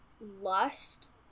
lust